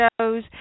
shows